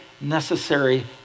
necessary